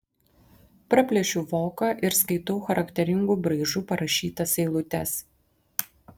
praplėšiu voką ir skaitau charakteringu braižu parašytas eilutes